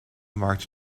marked